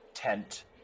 Tent